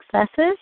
successes